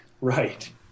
right